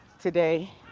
today